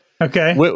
okay